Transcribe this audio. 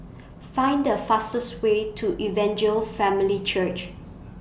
Find The fastest Way to Evangel Family Church